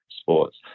sports